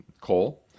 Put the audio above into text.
coal